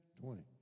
twenty